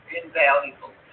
invaluable